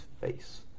face